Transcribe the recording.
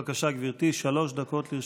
בבקשה, גברתי, שלוש דקות לרשותך.